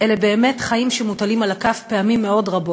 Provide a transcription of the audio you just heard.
אלה באמת חיים שמוטלים על הכף פעמים רבות מאוד,